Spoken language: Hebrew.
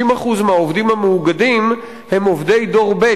60% מהעובדים המאוגדים הם עובדי דור ב',